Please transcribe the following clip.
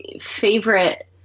favorite